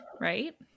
right